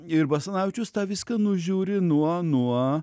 ir basanavičius tą viską nužiūri nuo nuo